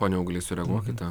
pone auglį sureaguokite